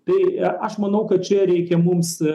tai aš manau kad čia reikia mums